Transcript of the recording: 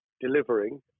delivering